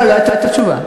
לא, לא הייתה תשובה.